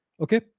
Okay